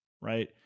Right